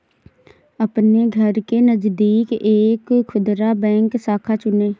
अपने घर के नजदीक एक खुदरा बैंक शाखा चुनें